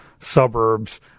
suburbs